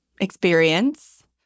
experience